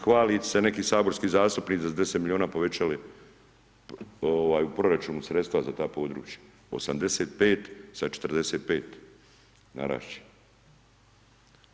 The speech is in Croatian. Hvalite se neki saborski zastupnici da ste za 10 milijuna povećali u proračunu sredstva za ta područja, 85 sa 45, narasti će.